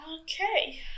Okay